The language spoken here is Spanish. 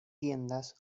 tiendas